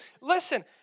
Listen